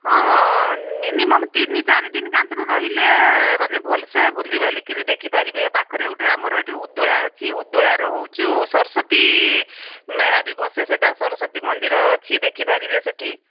ହଁ ମିନିମମ୍ ତିନି ଚାରି ଦିନ କାନ୍ତିରୁ ରହିଲେ ମାନେ ଭଲ ସେ ବୁଲିବାଲି କିରି ଦେଖିପାରିବେ ପାଖରେ ଏଇଠି ଆମର ଗୋଟେ ଉଦୋଳା ଅଛି ଉଦୋଳାର ହେଉଛୁ ସରସ୍ୱତୀ ମେଳା ବି ବସେ ସେଇଟା ସରସ୍ୱତୀ ମନ୍ଦିର ଅଛି ଦେଖିପାରିବେ ସେଇଠି